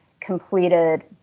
completed